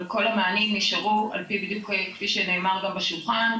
אבל כל המענים נשארו בדיוק כפי שנאמר גם בשולחן,